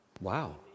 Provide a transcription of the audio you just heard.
Wow